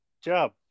job